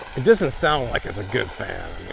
it doesn't sound like it's a good fan.